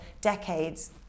decades